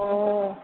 অ'